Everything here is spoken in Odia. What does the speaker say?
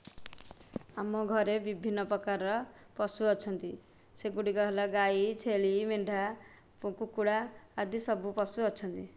ଆମ ଘରେ ବିଭିନ୍ନ ପ୍ରକାରର ପଶୁ ଅଛନ୍ତି ସେଗୁଡ଼ିକ ହେଲା ଗାଈ ଛେଳି ମେଣ୍ଢା ଓ କୁକୁଡ଼ା ଆଦି ସବୁ ପଶୁ ଅଛନ୍ତି